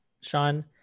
Sean